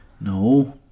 No